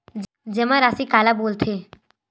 जमा राशि काला बोलथे?